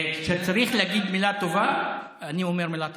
כשצריך להגיד מילה טובה, אני אומר מילה טובה.